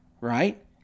right